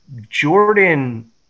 Jordan